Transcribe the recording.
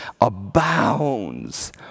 abounds